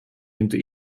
into